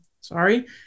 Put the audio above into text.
Sorry